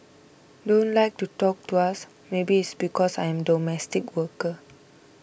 don't like to talk to us maybe it's because I am domestic worker